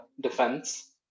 defense